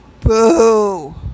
Boo